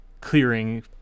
clearing